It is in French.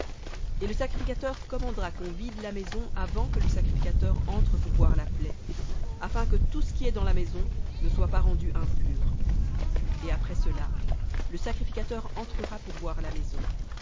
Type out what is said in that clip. et le sacrificateur commandera qu'on vide la maison avant que le sacrificateur entre pour voir la plaie afin que tout ce qui est dans la maison ne soit pas rendu impur et après cela le sacrificateur entrera pour voir la maison